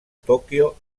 tòquio